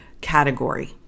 category